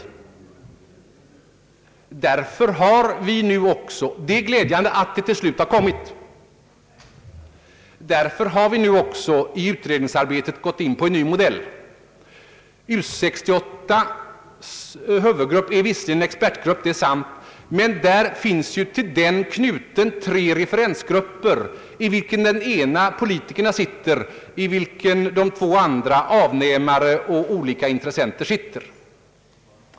Det är glädjande att det till slut har kommit. Därför har vi nu också i utredningsarbetet gått in på en ny modell. U 68:s huvudgrupp är visserligen en expertgrupp, men till den finns knuten tre referensgrupper, där politikerna sitter i en och avnämare och olika intressenter i de två andra.